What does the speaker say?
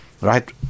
right